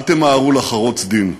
אל תמהרו לחרוץ דין,